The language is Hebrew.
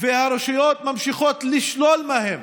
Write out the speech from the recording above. והרשויות ממשיכות לשלול מהם